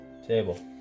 Table